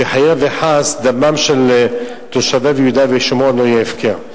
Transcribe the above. שחלילה וחס דמם של תושבי יהודה ושומרון לא יהיה הפקר.